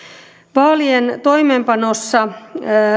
vaalien toimeenpanossa